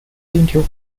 into